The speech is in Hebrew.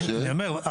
אני אומר,